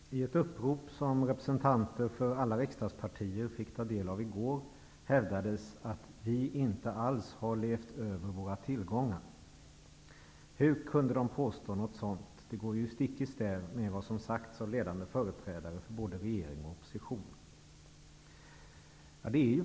Herr talman! I ett upprop som representanter för alla riksdagspartier fick ta del av i går hävdades att ''vi inte alls har levt över våra tillgångar''. Hur kunde man påstå något sådant? Det går ju stick i stäv mot vad som sagts av ledande företrädare för både regering och opposition.